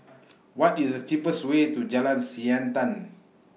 What IS The cheapest Way to Jalan Siantan